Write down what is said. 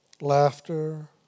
laughter